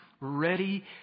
ready